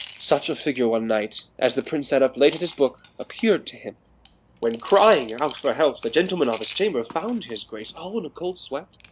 such a figure one night, as the prince sat up late at s book, appear'd to him when crying out for help, the gentleman of s chamber found his grace all on a cold sweat,